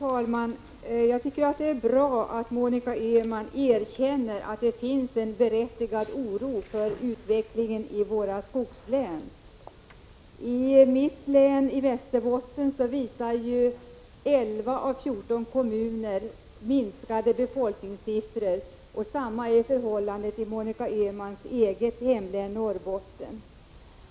Herr talman! Det är bra att Monica Öhman erkänner att det finns en berättigad oro för utvecklingen i våra skogslän. I mitt hemlän, Västerbottens län, visar 11 av 14 kommuner minskade befolkningstal, och samma är förhållandet i Monica Öhmans eget hemlän, Norrbottens län.